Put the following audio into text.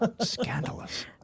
scandalous